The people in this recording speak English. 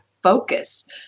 focus